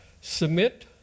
Submit